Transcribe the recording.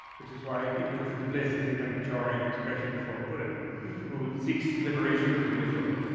which is why ignorance is bliss is a kind of jarring expression for a buddhist who seeks liberation through wisdom.